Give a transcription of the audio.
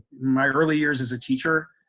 my early years as a teacher,